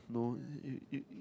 no you you you get